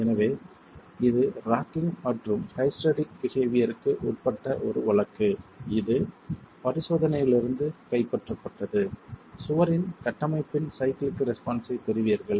எனவே இது ராக்கிங் மற்றும் ஹைஸ்டெரெடிக் பிஹேவியர்க்கு உட்பட்ட ஒரு வழக்கு இது பரிசோதனையிலிருந்து கைப்பற்றப்பட்டது சுவரின் கட்டமைப்பின் சைக்ளிக் ரெஸ்பான்ஸ் ஐப் பெறுவீர்கள்